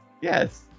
Yes